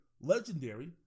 legendary